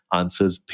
answers